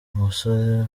umusore